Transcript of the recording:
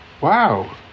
wow